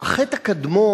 החטא הקדום,